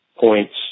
points